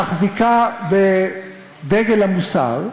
שמחזיקה בדגל המוסר,